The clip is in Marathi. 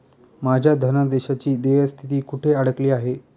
माझ्या धनादेशाची देय स्थिती कुठे अडकली आहे?